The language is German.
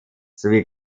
sowie